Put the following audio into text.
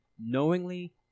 knowingly